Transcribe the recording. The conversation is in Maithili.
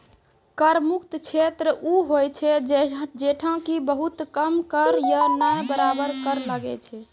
कर मुक्त क्षेत्र उ होय छै जैठां कि बहुत कम कर या नै बराबर कर लागै छै